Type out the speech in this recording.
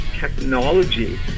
Technology